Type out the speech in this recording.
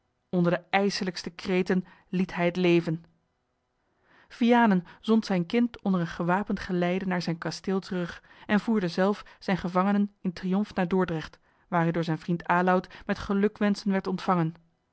onder de ijselijkste kreten liet hij het leven vianen zond zijn kind onder een gewapend geleide naar zijn kasteel terug en voerde zelf zijne gevangenen in triomf naar dordrecht waar hij door zijn vriend aloud met gelukwenschen werd ontvangen